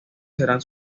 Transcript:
serán